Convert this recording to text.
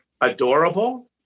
adorable